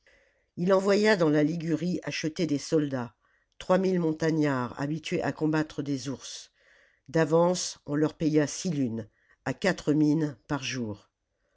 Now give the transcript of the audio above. il envoya dans la ligurie acheter des soldats trois mille montagnards habitués à combattre des ours d'avance on leur paya six lunes à quatre mines par jour